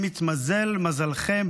אם התמזל מזלכם,